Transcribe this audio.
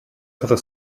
other